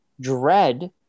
Dread